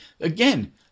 again